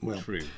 true